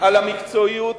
על המקצועיות